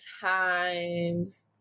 times